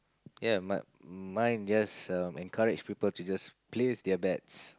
yea mine mine just err encourage people to just place their bets